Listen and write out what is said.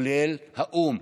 כולל האו"ם,